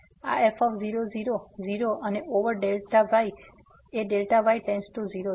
આ f0 0 0 અને over y અને Δy → 0 છે